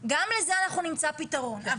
גם לא נחה דעת הוועדה במאה אחוז בעניין הזה.